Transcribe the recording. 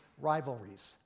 rivalries